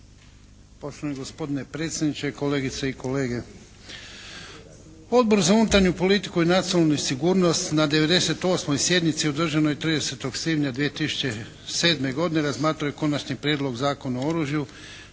Poštovani gospodine predsjedniče, kolegice i kolege. Odbor za unutarnju politiku i nacionalnu sigurnost na 98. sjednici održanoj 30. svibnja 2007. godine razmatrao je Konačni prijedlog Zakona o oružju,